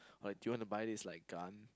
like do you wanna buy this like gun